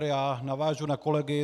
Já navážu na kolegy.